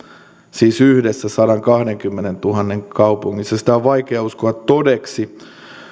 siis yhdessä sadankahdenkymmenentuhannen kaupungissa sitä on vaikea uskoa todeksi